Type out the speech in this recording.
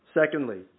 Secondly